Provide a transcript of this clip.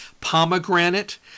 pomegranate